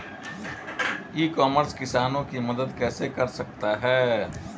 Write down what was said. ई commerce किसानों की मदद कैसे कर सकता है?